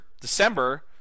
December